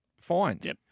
fines